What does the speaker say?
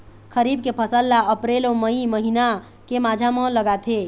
खरीफ के फसल ला अप्रैल अऊ मई महीना के माझा म लगाथे